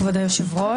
כבוד היושב-ראש,